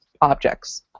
objects